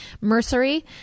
Mercery